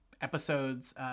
episodes